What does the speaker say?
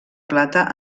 plata